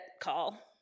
call